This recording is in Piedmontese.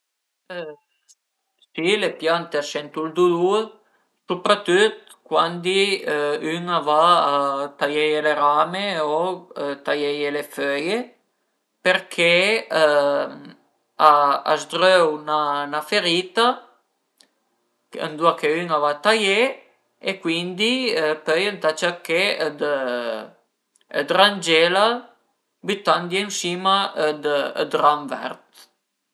Si le piante a sentu ël dulur supratüt cuandi ün a va a taieie le rame o taieie le föie perché a s'dröu 'na ferita ëndua che ün a va taié e cuindi pöi ëntà cerché dë d'rangela bütandie ën sima dë ram vert